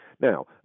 Now